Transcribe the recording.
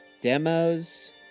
demos